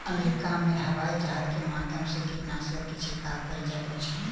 America में हवाईजहाज के माध्यम से कीटनाशक के छिड़काव कयल जाइत अछि